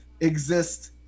exist